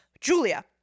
julia